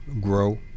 grow